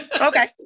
Okay